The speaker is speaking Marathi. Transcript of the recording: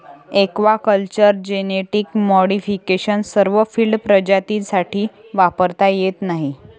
एक्वाकल्चर जेनेटिक मॉडिफिकेशन सर्व फील्ड प्रजातींसाठी वापरता येत नाही